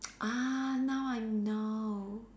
ah now I know